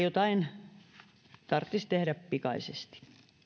jotain tarttis tehdä pikaisesti